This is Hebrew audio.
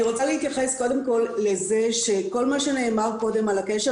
אני רוצה להתייחס קודם כל לזה שכל מה שנאמר פה קודם על הקשר